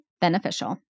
beneficial